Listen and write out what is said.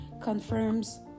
confirms